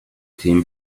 team